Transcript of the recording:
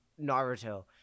Naruto